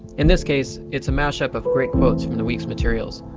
in this case, it's a mashup of great quotes from the week's materials,